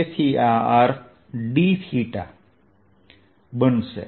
તેથી આ r d બનશે